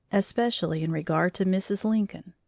especially in regard to mrs. lincoln.